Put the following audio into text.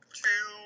two